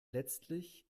letztlich